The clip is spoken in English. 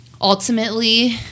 ultimately